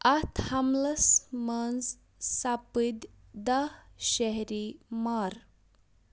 اَتھ حملس منٛز سَپٕدۍ دَہ شہری مارٕ